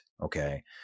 Okay